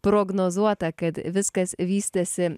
prognozuota kad viskas vystėsi